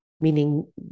meaning